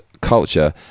culture